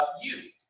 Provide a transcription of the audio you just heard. ah you.